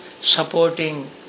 supporting